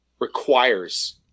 requires